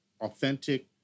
authentic